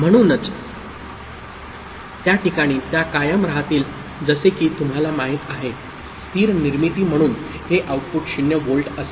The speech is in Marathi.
म्हणूनच त्या ठिकाणी त्या कायम राहतील जसे की तुम्हाला माहित आहे स्थिर निर्मिती म्हणून हे आउटपुट 0 व्होल्ट असेल